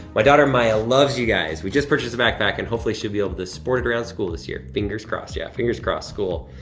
my daughter, maya, loves you guys. we just purchased a backpack and hopefully she'll be able to sport it around school this year, fingers crossed. yeah, fingers crossed school,